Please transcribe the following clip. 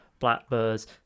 blackbirds